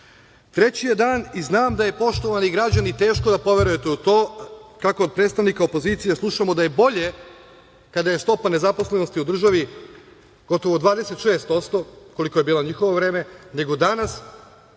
11%.Treći je dan i znam da je poštovani građani teško da poverujete u to kako od predstavnika opozicije slušamo bolje kada je stopa nezaposlenosti u državi gotovo 26% koliko je bila u njihovo vreme, nego danas